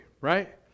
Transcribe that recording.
right